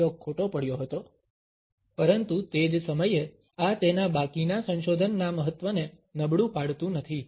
આ પ્રયોગ ખોટો પડ્યો હતો પરંતુ તે જ સમયે આ તેના બાકીના સંશોધનના મહત્વને નબળું પાડતું નથી